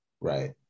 Right